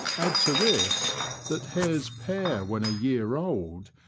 add to this that hares pair when a year old,